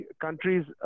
countries